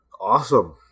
awesome